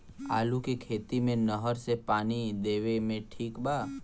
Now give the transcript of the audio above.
आलू के खेती मे नहर से पानी देवे मे ठीक बा?